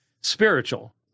spiritual